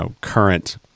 current